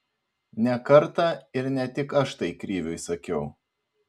ne kartą ir ne tik aš tai kriviui sakiau